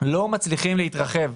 לא מצליחים להתרחב.